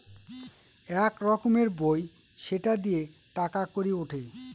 এক রকমের বই সেটা দিয়ে টাকা কড়ি উঠে